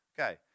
Okay